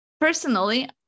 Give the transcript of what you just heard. Personally